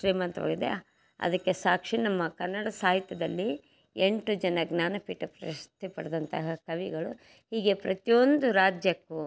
ಶ್ರೀಮಂತವಾಗಿದೆ ಅದಕ್ಕೆ ಸಾಕ್ಷಿ ನಮ್ಮ ಕನ್ನಡ ಸಾಹಿತ್ಯದಲ್ಲಿ ಎಂಟು ಜನ ಜ್ಞಾನಪೀಠ ಪ್ರಶಸ್ತಿ ಪಡೆದಂತಹ ಕವಿಗಳು ಹೀಗೆ ಪ್ರತಿಯೊಂದು ರಾಜ್ಯಕ್ಕೂ